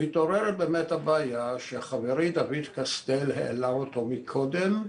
מתעוררת באמת הבעיה שחברי דוד קסטל העלה קודם,